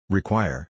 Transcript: Require